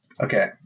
Okay